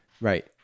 right